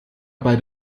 bei